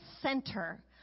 center